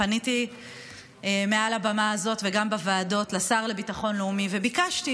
פניתי מעל הבמה הזאת וגם בוועדות לשר לביטחון לאומי וביקשתי